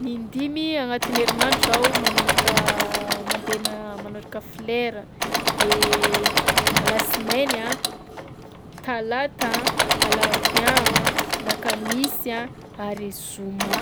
Nindimy agnatin'ny herignandro zaho manondraka mandeha ma- manondraka folera, de alasinainy a, talata, alarobia a, lakamisy a ary zoma.